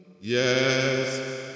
Yes